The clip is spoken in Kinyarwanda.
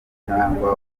cyangwa